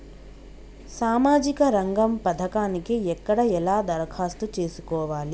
సామాజిక రంగం పథకానికి ఎక్కడ ఎలా దరఖాస్తు చేసుకోవాలి?